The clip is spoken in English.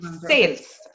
sales